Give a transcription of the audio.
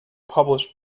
published